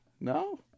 no